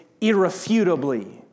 irrefutably